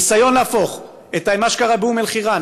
הניסיון להפוך את מה שקרה באום-אלחיראן